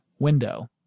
window